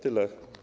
Tyle.